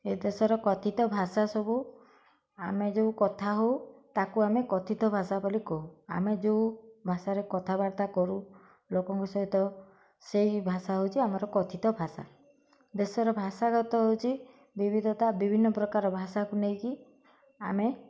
ଏ ଦେଶର କଥିତ ଭାଷା ସବୁ ଆମେ ଯେଉଁ କଥା ହେଉ ତାକୁ ଆମେ କଥିତ ଭାଷା ବୋଲି କହୁ ଆମେ ଯେଉଁ ଭାଷାରେ କଥାବାର୍ତ୍ତା କରୁ ଲୋକଙ୍କ ସହିତ ସେଇ ଭାଷା ହେଉଛି ଆମର କଥିତ ଭାଷା ଦେଶର ଭାଷାଗତ ହେଉଛି ବିିବିଧତା ବିଭିନ୍ନ ପ୍ରକାର ଭାଷାକୁ ନେଇକି ଆମେ